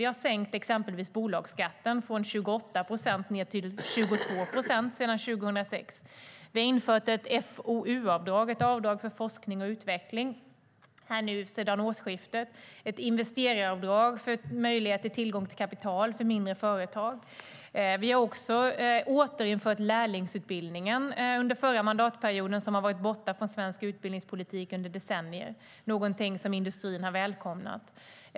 Vi har exempelvis sänkt bolagsskatten från 28 procent ned till 22 procent sedan 2006. Vi har infört ett FoU-avdrag, alltså ett avdrag för forskning och utveckling, sedan årsskiftet och ett investeraravdrag för möjlighet till tillgång till kapital för mindre företag. Vi återinförde lärlingsutbildningen under förra mandatperioden, och den hade då varit borta från svensk utbildningspolitik under decennier. Det är någonting som industrin har välkomnat.